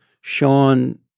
Sean